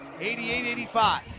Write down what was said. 88-85